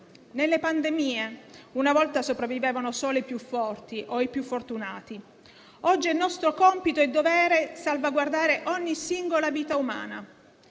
Nelle pandemie una volta sopravvivevano solo i più forti o i più fortunati; oggi è nostro compito e dovere salvaguardare ogni singola vita umana.